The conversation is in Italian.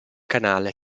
canale